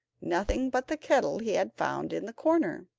nothing but the kettle he had found in the corner.